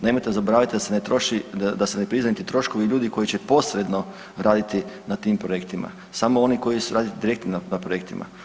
Nemojte zaboraviti da se ne troši, da se ne priznaju ni troškovi ljudi koji će posredno raditi na tim projektima, samo oni koji rade direktno na projektima.